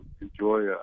enjoy